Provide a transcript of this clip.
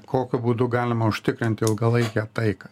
kokiu būdu galima užtikrint ilgalaikę taiką